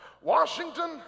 Washington